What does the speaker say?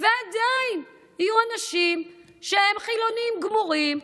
יהיו אנשים שהם חילונים גמורים,